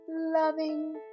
Loving